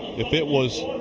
if it was